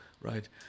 Right